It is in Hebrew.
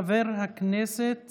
חבר הכנסת